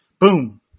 Boom